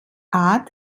art